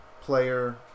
player